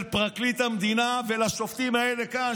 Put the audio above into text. של פרקליט המדינה והשופטים האלה כאן,